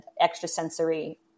extrasensory